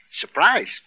Surprise